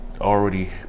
already